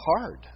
hard